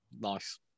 Nice